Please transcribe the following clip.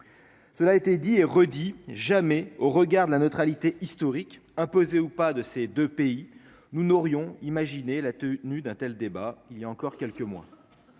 cela a été dit et redit, jamais au regard de la neutralité historique imposée ou pas de ces 2 pays, nous n'aurions imaginé la tenue d'un tel débat il y a encore quelques mois,